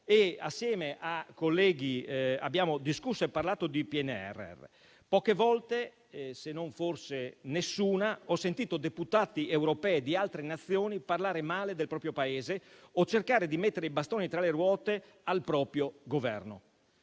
Assieme ai colleghi abbiamo discusso di PNRR, ma poche volte, se non forse nessuna, ho sentito deputati europei di altre Nazioni parlare male del proprio Paese o cercare di mettere i bastoni tra le ruote al proprio Governo.